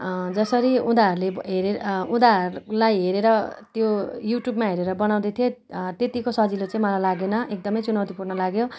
जसरी उनीहरूले हेर उनीहरूलाई हेरेर त्यो युट्युबमा हेरेर बनाउँदैथेँ त्यतिको सजिलो चाहिँ मलाई लागेन एकदमै चुनौतीपूर्ण लाग्यो